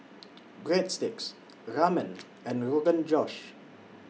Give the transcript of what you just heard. Breadsticks Ramen and Rogan Josh